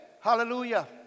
hallelujah